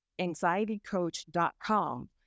anxietycoach.com